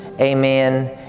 Amen